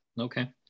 Okay